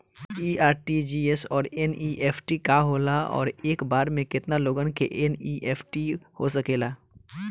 इ आर.टी.जी.एस और एन.ई.एफ.टी का होला और एक बार में केतना लोगन के एन.ई.एफ.टी हो सकेला?